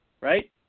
Right